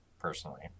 personally